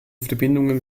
verbindungen